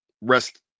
Rest